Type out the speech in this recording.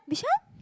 Bishan